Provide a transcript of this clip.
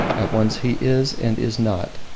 at once he is and is not.